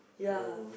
ya